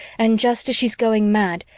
and just as she's going mad,